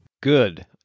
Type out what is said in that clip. Good